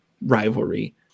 rivalry